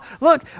Look